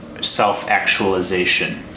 self-actualization